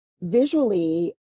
Visually